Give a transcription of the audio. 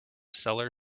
cellar